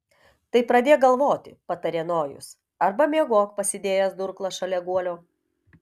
tai pradėk galvoti patarė nojus arba miegok pasidėjęs durklą šalia guolio